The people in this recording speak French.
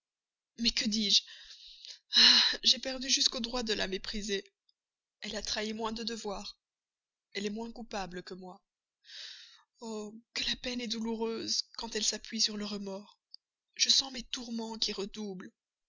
mais que dis-je ah j'ai perdu jusqu'au droit de la mépriser elle a trahi moins de devoirs elle est moins coupable que moi oh que la peine est douloureuse quand elle s'appuie sur le remords je sens mes tourments qui redoublent